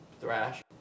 thrash